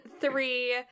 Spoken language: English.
three